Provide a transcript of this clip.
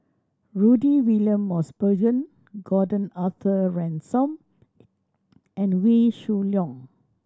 Rudy William Mosbergen Gordon Arthur Ransome and Wee Shoo Leong